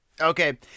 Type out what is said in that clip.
Okay